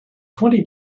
twenty